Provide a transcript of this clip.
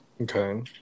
Okay